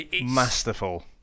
Masterful